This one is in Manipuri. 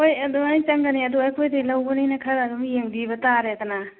ꯍꯣꯏ ꯑꯗꯨꯃꯥꯏꯅ ꯆꯪꯒꯅꯤ ꯑꯗꯨ ꯑꯩꯈꯣꯏꯗꯒꯤ ꯂꯧꯕꯅꯤꯅ ꯈꯔ ꯑꯗꯨꯝ ꯌꯦꯡꯕꯤꯕ ꯇꯥꯔꯦꯗꯅ